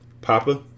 Papa